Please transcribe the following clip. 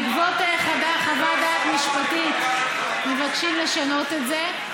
בעקבות חוות דעת משפטית מבקשים לשנות את זה,